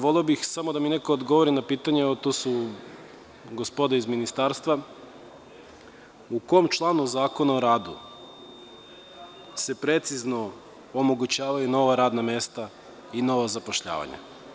Voleo bih da mi samo neko odgovori na pitanje, a tu su gospoda iz ministarstva – u kom članu Zakona o radu se precizno omogućavaju nova radna mesta i nova zapošljavanja?